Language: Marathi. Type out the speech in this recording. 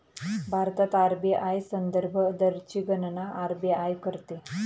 भारतात आर.बी.आय संदर्भ दरची गणना आर.बी.आय करते